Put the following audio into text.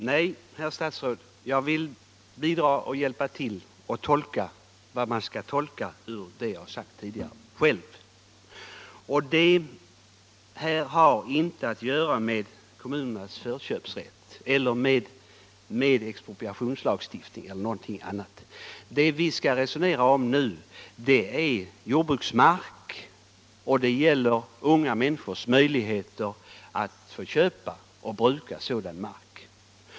Herr talman! Nej, herr statsråd, jag vill själv tolka vad som kan utläsas ur det som jag tidigare sagt. Det här har inte att göra vare sig med kommunernas förköpsrätt eller med expropriationslagstiftningen. Det som vi skall resonera om nu är unga människors möjligheter att köpa och bruka jordbruksmark.